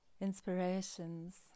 inspirations